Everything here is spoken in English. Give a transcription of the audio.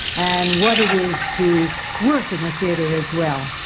and what it is to work in the theatre as well.